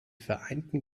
vereinten